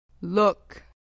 look